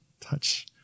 touch